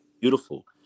Beautiful